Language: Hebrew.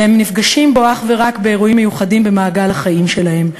והם פוגשים בו אך ורק באירועים מיוחדים במעגל החיים שלהם,